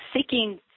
Seeking